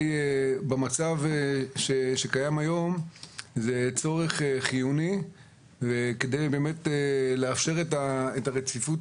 במצב שקיים היום זה צורך חיוני וכדי לאפשר את הרציפות